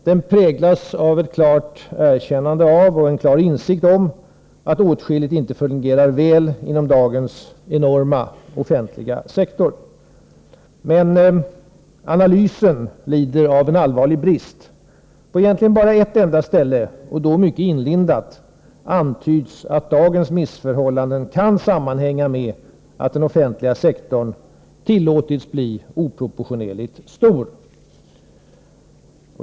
Den präglas av ett klart erkännande av och en klar insikt om att åtskilligt inte fungerar väl inom dagens enorma offentliga sektor. Men analysen lider av en allvarlig brist. På egentligen bara ett enda ställe och då mycket inlindat antyds att dagens missförhållanden kan sammanhänga med att den offentliga sektorn tillåtits bli oproportionerligt stor.